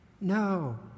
No